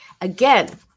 Again